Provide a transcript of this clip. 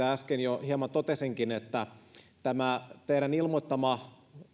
äsken jo hieman totesinkin että tämä teidän ilmoittamanne